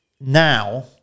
Now